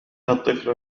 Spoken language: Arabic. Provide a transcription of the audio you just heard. الطفل